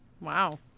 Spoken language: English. Wow